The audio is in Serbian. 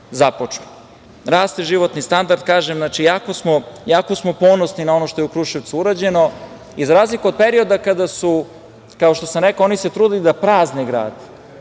Raste životni standard. Kažem, jako smo ponosni na ono što je u Kruševcu urađeno i za razliku od perioda kada su se, kao što sam rekao, oni trudili da prazne grad,